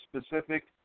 specific